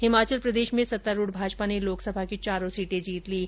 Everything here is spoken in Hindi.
हिमाचल प्रदेश में सत्तारूढ़ भाजपा ने लोकसभा की चारों सीटें जीत ली हैं